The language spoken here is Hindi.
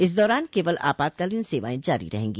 इस दौरान केवल आपातकालीन सेवाएं जारी रहेंगी